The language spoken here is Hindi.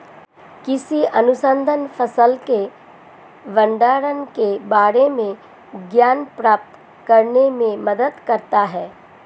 कृषि अनुसंधान फसल के भंडारण के बारे में ज्ञान प्राप्त करने में मदद करता है